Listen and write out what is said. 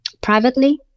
privately